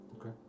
Okay